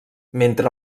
mentre